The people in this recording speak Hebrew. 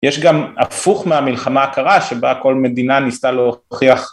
יש גם הפוך מהמלחמה הקרה שבה כל מדינה ניסתה להוכיח